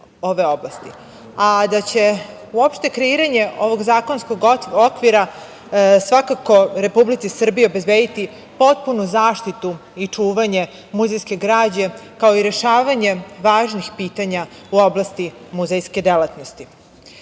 ove oblasti, a da će uopšte kreiranje ovog zakonskog okvira svakako Republici Srbiji obezbediti potpunu zaštitu i čuvanje muzejske građe, kao i rešavanjem važnih pitanja u oblasti muzejske delatnosti. Ustavni